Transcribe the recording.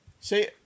see